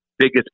biggest